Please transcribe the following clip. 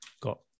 got